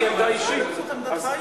עמדה אישית ואמרתי עמדה אישית.